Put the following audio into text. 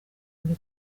muri